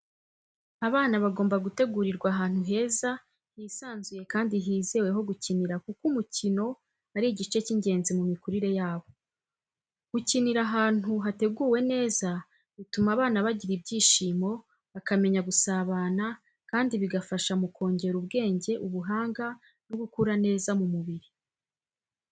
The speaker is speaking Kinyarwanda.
Abana bagomba gutegurirwa ahantu heza, hisanzuye kandi hizewe ho gukinira kuko umukino ari igice cy’ingenzi mu mikurire yabo. Gukinira ahantu hateguwe neza bituma abana bagira ibyishimo, bakamenya gusabana, kandi bigafasha mu kongera ubwenge, ubuhanga no gukura neza mu mubiri.